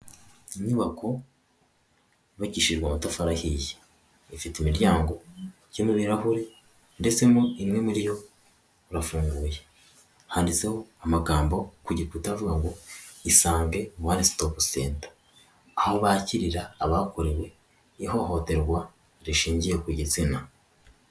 Inyubako yubakishijwe amatafari ahiye. Ifite imiryango igiye irimo ibirahuri ndetse mo imwe muri yo urafunguye. Handitseho amagambo ku gikuta avuga ngo: ''Isange one stop center.'' Aho bakirira abakorewe ihohoterwa rishingiye ku gitsina.